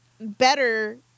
better